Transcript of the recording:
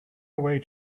away